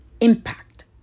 impact